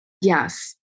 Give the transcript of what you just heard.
Yes